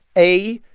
a,